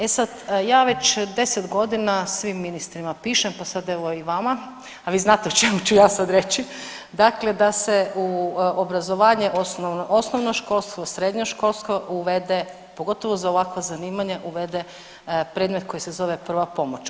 E sad, ja već 10 godina svim ministrima pišem pa sad evo i vama, a vi znate o čemu ću ja sad reći, dakle da se u obrazovanje osnovnoškolsko, srednjoškolsko uvede, pogotovo za ovakva zanimanja uvede predmet koji se zove prva pomoć.